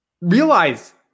realize